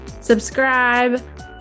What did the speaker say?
subscribe